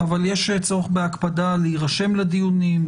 אבל יש צורך בהקפדה להירשם לדיונים,